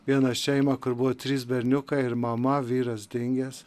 vieną šeimą kur buvo trys berniukai ir mama vyras dingęs